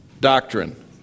doctrine